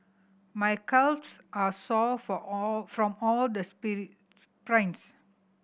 my calves are sore for all from all the sprints